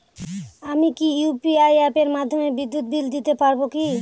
আমি কি ইউ.পি.আই অ্যাপের মাধ্যমে বিদ্যুৎ বিল দিতে পারবো কি?